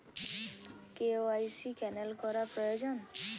KYC cancel করা প্রয়োজন?